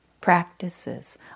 practices